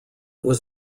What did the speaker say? was